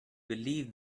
believe